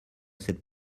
cette